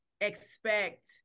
expect